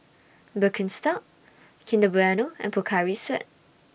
Birkenstock Kinder Bueno and Pocari Sweat